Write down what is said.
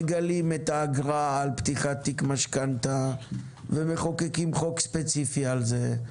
מגלים את האגרה על פתיחת תיק משכנתא ומחוקקים חוק ספציפי על זה,